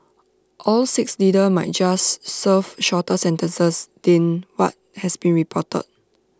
all six leaders might just serve shorter sentences than what has been reported